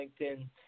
LinkedIn